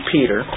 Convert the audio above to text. Peter